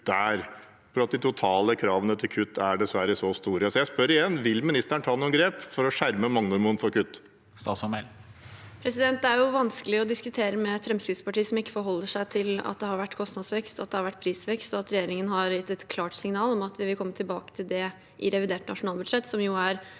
der. De totale kravene til kutt er dessverre så store. Jeg spør igjen: Vil ministeren ta noen grep for å skjerme Magnormoen mot kutt? Statsråd Emilie Mehl Det er vanskelig å diskutere med Fremskrittspartiet, som ikke forholder seg til at det har vært kostnadsvekst og prisvekst – og at regjeringen har gitt et klart signal om at vi vil komme tilbake til det i revidert nasjonalbudsjett – som er